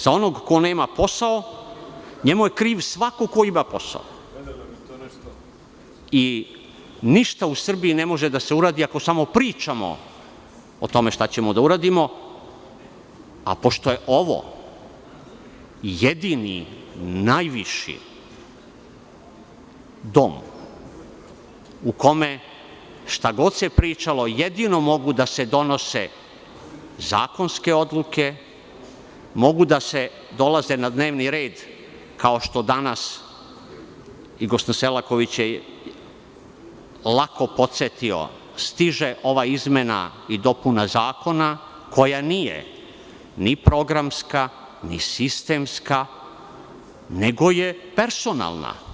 Za onog ko nema posao, njemu je kriv svako ko ima posao i ništa u Srbiji ne može da se uradi ako samo pričamo o tome šta ćemo da uradimo, a pošto je ovo jedini najviši dom u kome, šta god se pričalo, jedino mogu da se donose zakonske odluke, mogu da dolaze na dnevni red, kao što danas, i gospodin Selaković je lako podsetio, stiže ova izmena i dopuna Zakona koja nije ni programska ni sistemska, nego je personalna.